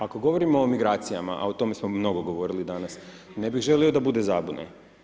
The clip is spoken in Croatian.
Ako govorimo o migracijama, a o tome smo mnogo govorili danas, ne bih želio da bude zabune.